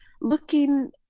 looking